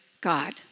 God